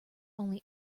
only